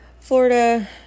Florida